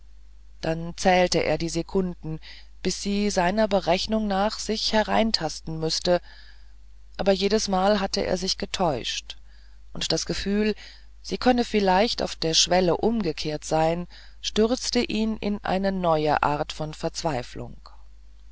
dann zählte er die sekunden bis sie seiner berechnung nach sich hereintasten müßte aber jedesmal hatte er sich getäuscht und das gefühl sie könne vielleicht auf der schwelle umgekehrt sein stürzte ihn in eine neue art von verzweiflung